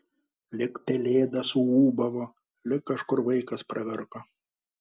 lyg pelėda suūbavo lyg kažkur vaikas pravirko